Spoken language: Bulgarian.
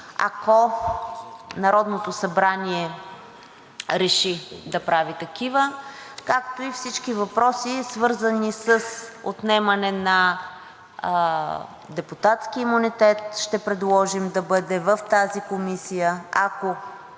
ако Народното събрание реши да прави такива, както и всички въпроси, свързани с отнемането на депутатски имунитет, ще предложим да бъдат в тази комисия, ако